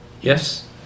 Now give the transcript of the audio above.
Yes